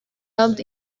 dubbed